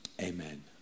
Amen